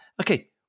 okay